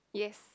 yes